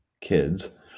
kids